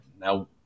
now